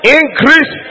increase